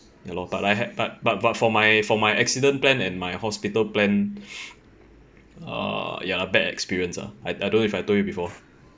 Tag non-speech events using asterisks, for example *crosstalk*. ya lor but I had but but but for my for my accident plan and my hospital plan *breath* err ya a bad experience ah I I don't know if I told you before